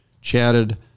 chatted